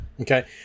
Okay